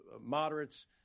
moderates